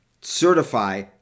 certify